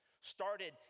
started